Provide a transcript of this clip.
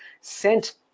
sent